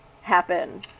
happen